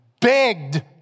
begged